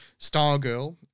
Stargirl